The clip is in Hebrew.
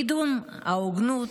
לקידום ההוגנות,